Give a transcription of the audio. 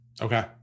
Okay